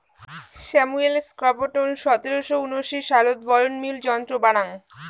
Samuel Crompton সতেরশো উনআশি সালত বয়ন মিউল যন্ত্র বানাং